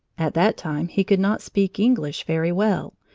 at that time he could not speak english very well,